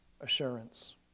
assurance